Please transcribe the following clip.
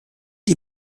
die